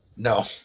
No